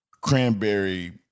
cranberry